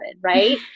right